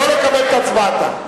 לא לקבל את הצבעתה.